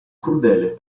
crudele